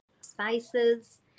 spices